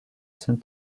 saint